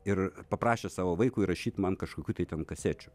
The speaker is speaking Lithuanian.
ir paprašė savo vaikui įrašyt man kažkokių tai ten kasečių